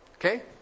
okay